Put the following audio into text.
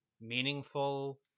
meaningful